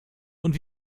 und